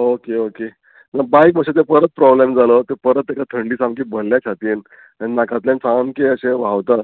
okay okay ना बायक मातशें तें परत प्रोब्लेम जालो तें परत तेका थंडी सामकी भरल्या छातयेन आनी नाकातल्यान सामकें अशें व्हांवता